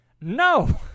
No